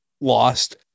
lost